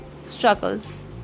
struggles